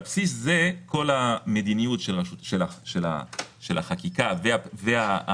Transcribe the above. על בסיס זה כל המדיניות של החקיקה והחוזרים